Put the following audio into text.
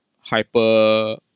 hyper